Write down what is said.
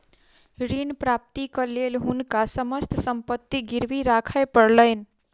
ऋण प्राप्तिक लेल हुनका समस्त संपत्ति गिरवी राखय पड़लैन